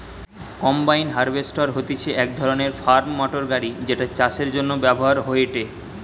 combine harvester হতিছে এক ধরণের ফার্ম মোটর গাড়ি যেটা চাষের জন্য ব্যবহার হয়েটে